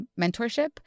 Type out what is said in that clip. Mentorship